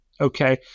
okay